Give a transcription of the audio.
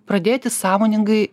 pradėti sąmoningai